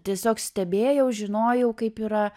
tiesiog stebėjau žinojau kaip yra